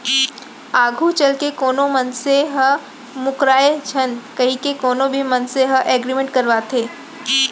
आघू चलके कोनो मनसे ह मूकरय झन कहिके कोनो भी मनसे ह एग्रीमेंट करवाथे